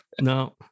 No